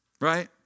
Right